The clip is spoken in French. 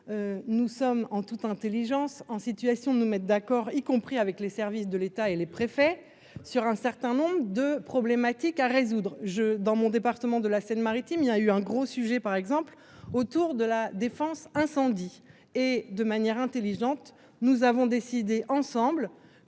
nous sommes en toute Intelligence en situation de nous mettre d'accord, y compris avec les services de l'État et les préfets sur un certain nombre de problématiques à résoudre je dans mon département de la Seine, il y a eu un gros sujet par exemple autour de la défense incendie et de manière intelligente, nous avons décidé ensemble